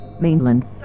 mainland